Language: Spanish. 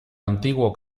antiguo